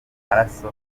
bashya